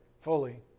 fully